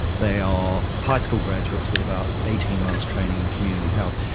they are high school graduates with about eighteen months training in community health.